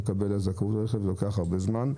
מקבל תשובה על זכאות לרכב זה לוקח זמן רב.